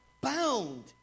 bound